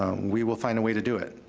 um we will find a way to do it.